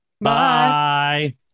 Bye